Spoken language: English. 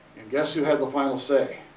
and guess who had the final say?